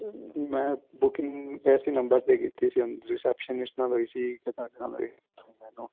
ਮੈਂ ਬੂਕਿੰਗ ਇਸ ਹੀ ਨੰਬਰ 'ਤੇ ਕੀਤੀ ਸੀ ਹੁਣ ਰਿਸੈਪਸ਼ਨਿਸਟ ਨਾਲ ਹੋਈ ਸੀ ਕਿ ਤੁਹਾਡੇ ਨਾਲ ਹੋਈ ਪਤਾ ਨਹੀਂ ਮੈਨੂੰ